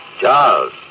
Charles